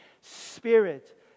Spirit